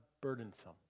burdensome